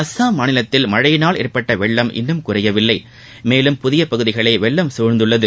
அசாம் மாநிலத்தில் மனழயினால் ஏற்பட்ட வெள்ளம் இன்னும் குறையவில்லை மேலும் புதிய பகுதிகளை வெள்ளம் சூழ்ந்துள்ளது